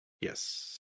Yes